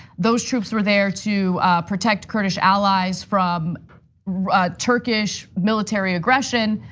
those troops were there to protect kurdish allies from turkish military aggression.